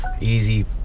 easy